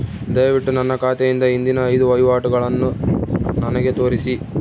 ದಯವಿಟ್ಟು ನನ್ನ ಖಾತೆಯಿಂದ ಹಿಂದಿನ ಐದು ವಹಿವಾಟುಗಳನ್ನು ನನಗೆ ತೋರಿಸಿ